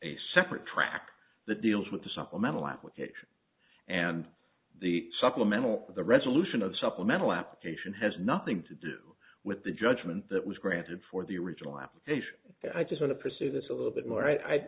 a separate track the deals with the supplemental application and the supplemental the resolution of supplemental application has nothing to do with the judgment that was granted for the original application i just want to pursue this a little bit more i